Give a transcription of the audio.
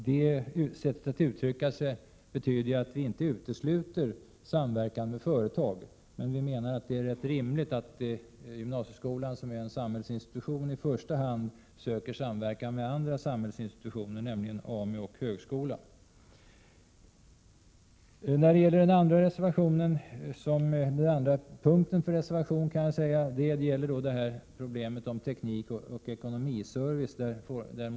Det sättet att uttrycka saken betyder att vi inte utesluter samverkan med företag men vi menar att det är rimligt att gymnasieskolan, som är en samhällsinstitution, i första hand söker samverkan med andra samhällsinstitutioner, t.ex. AMU och högskolan. Moment 2 i betänkandet behandlar teknikoch ekonomiserviceverksamhet.